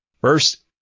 First